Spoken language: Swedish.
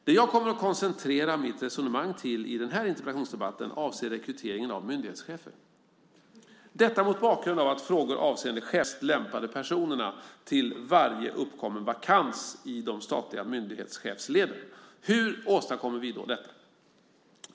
Det jag kommer att koncentrera mitt resonemang till i den här interpellationsdebatten avser rekryteringen av myndighetschefer, detta mot bakgrund av att frågor avseende chefsförsörjning i staten ingår i mitt direkta ansvarsområde. Min vision av den fortsatta reformerade utnämningspolitiken är att vi ska lyckas attrahera de absolut bäst lämpade personerna till varje uppkommen vakans i de statliga myndighetschefsleden. Hur åstadkommer vi då detta?